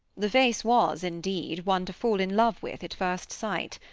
the face was, indeed, one to fall in love with at first sight.